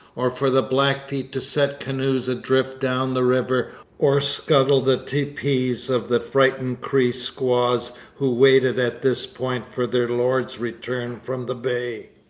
or for the blackfeet to set canoes adrift down the river or scuttle the teepees of the frightened cree squaws who waited at this point for their lords' return from the bay.